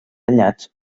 danyats